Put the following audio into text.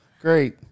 Great